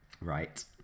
Right